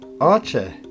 archer